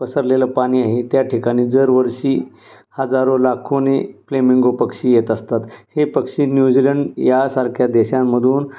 पसरलेलं पाणी आहे त्या ठिकाणी दरवर्षी हजारो लाखोने प्लेमिंगो पक्षी येत असतात हे पक्षी न्यूझीलंड यासारख्या देशांमधून